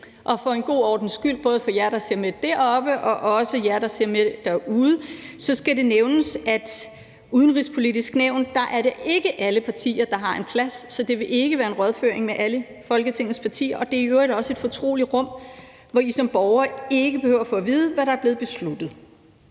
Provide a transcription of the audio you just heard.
Og for en god ordens skyld – både for jer, der ser med deroppefra, og jer, der ser med derude – skal det nævnes, at det ikke er alle partier, der har en plads i Udenrigspolitisk Nævn, så det vil ikke være en rådføring med alle Folketingets partier. Det er i øvrigt også et fortroligt rum, hvor I som borgere ikke behøver at få at vide, hvad der er blevet besluttet.